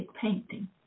painting